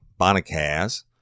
Bonacaz